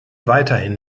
weiterhin